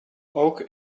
oak